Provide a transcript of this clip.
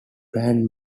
band